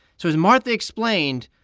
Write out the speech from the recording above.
so as martha explained,